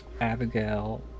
Abigail